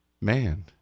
Man